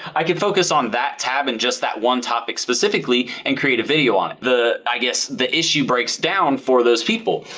i could focus on that tab and just that one topic specifically and create a video on it. i guess the issue breaks down for those people.